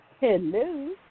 Hello